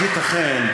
אז ייתכן,